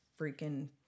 freaking